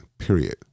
Period